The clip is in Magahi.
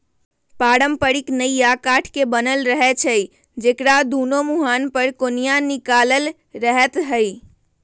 पारंपरिक नइया काठ के बनल रहै छइ जेकरा दुनो मूहान पर कोनिया निकालल रहैत हइ